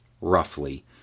roughly